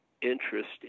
interest